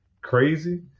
crazy